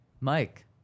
Mike